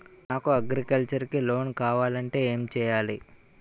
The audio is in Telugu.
నాకు అగ్రికల్చర్ కి లోన్ కావాలంటే ఏం చేయాలి?